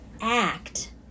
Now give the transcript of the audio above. act